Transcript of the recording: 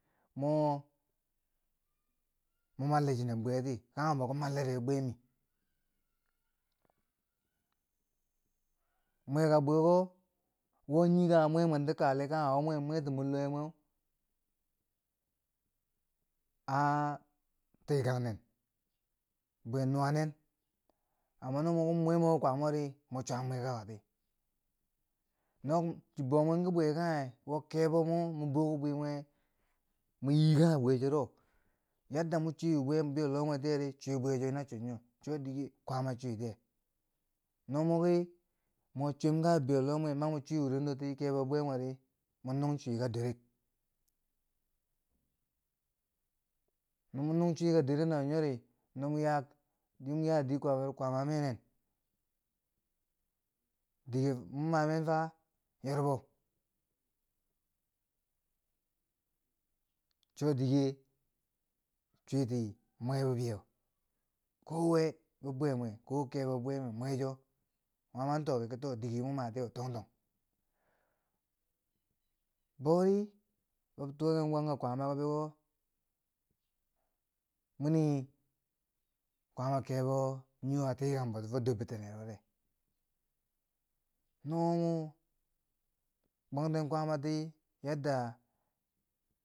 Moo mo malli chinen bweti kanghumbo ki mallire bibwe nii. mweka bweko, wo nikanghe a mwe mwenti kaale kanghe wo mwa mweti mur luwe mweu ah tikang nen, bwe nuwa nen, amma no moki mo mwe ki kwamori, mochwa mwekakoti. No chi bomwen ki bwe kanghe wo kebo mo mo boh ki bwim bwe, mo yii kanghe bwe churo, yadda mo cwi bibeiyo loh mwe tiye, cwii bwechuwo na cho nyo, cho dike kwaama cwitiye. No moki mwa cwim ka bibeiyo loh mwe, ma mo cwii wureno kebo bibwe mwe ri, mon nung cwiika dorek. No mo nung cwiika dorek na wo nyori, no mo yaa no mo yaa dii kwaama, kwaama an mee nen, dike mo maneu fa yorbo cho dike cwiiti mwe bibeiye, kowe bibwe mwe ko kebo bibwe mwe, mwecho, kwaama an toori ki dike mo matiye dong dong. Boori, b bi tuuken bwangka kwaama beko muni, kwaama kebo nii wo a tikang boti fo dor bitinero wure, no mo bwangten kwaam ti yadda.